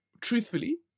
truthfully